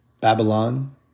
Babylon